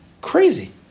crazy